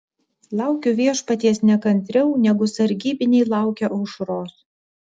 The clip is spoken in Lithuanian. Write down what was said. laukiu viešpaties nekantriau negu sargybiniai laukia aušros